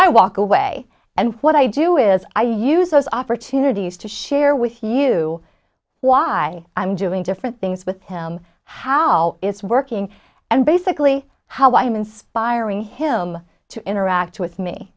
i walk away and what i do is i use those opportunities to share with you why i'm doing different things with him how it's working and basically how i'm inspiring him to interact with me